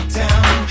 down